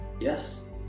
Yes